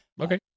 Okay